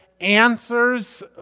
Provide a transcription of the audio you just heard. answers